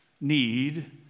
need